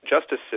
justice